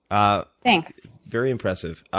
ah thanks. very impressive.